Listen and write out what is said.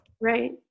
Right